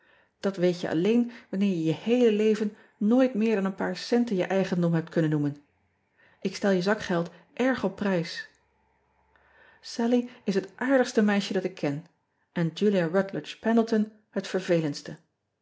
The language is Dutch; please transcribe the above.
at weet je alleen wanneer je je heele leven nooit meer dan een paar centen je eigendom hebt kunnen noemen ik stel je zakgeld erg op prijs allie is het aardigste meisje dat ik ken en ulia utledge endleton het vervelendste